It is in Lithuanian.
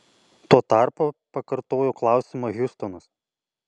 tuo tarpu pakartojo klausimą hjustonas